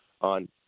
on